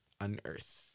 unearth